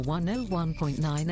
101.9